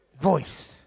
voice